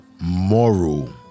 moral